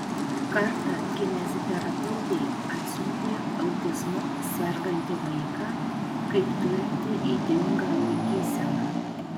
kartą kineziterapeutei atsiuntė autizmu sergantį vaiką kaip turintį ydingą laikyseną